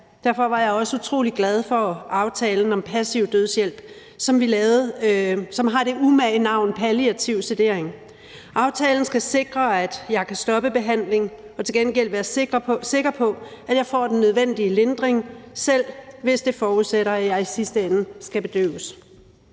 Derfor var jeg også utrolig glad for aftalen om passiv dødshjælp, som har det umage navn palliativ sedering. Aftalen skal sikre, at jeg kan stoppe behandlingen og til gengæld være sikker på, at jeg får den nødvendige lindring, selv hvis det forudsætter, at jeg i sidste ende skal bedøves.